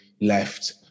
left